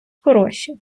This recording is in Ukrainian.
хороші